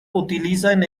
utilizan